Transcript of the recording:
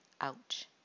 Ouch